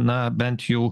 na bent jau